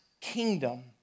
kingdom